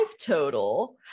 total